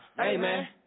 Amen